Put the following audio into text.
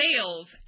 sales